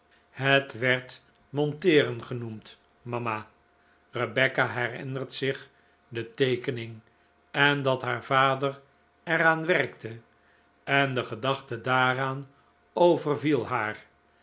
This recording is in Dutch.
het werd monteeren genoemd mama rebecca herinnert zich de teekening en dat haar vader er aan werkte en de gedachte daaraan overviel haar